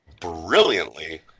brilliantly